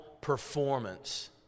performance